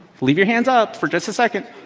leave your hands up for just a second.